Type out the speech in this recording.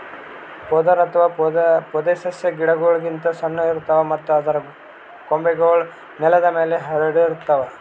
ಪೊದರು ಅಥವಾ ಪೊದೆಸಸ್ಯಾ ಗಿಡಗೋಳ್ ಗಿಂತ್ ಸಣ್ಣು ಇರ್ತವ್ ಮತ್ತ್ ಅದರ್ ಕೊಂಬೆಗೂಳ್ ನೆಲದ್ ಮ್ಯಾಲ್ ಹರ್ಡಿರ್ತವ್